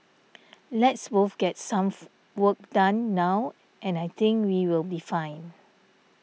let's both get some work done now and I think we will be fine